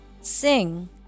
Sing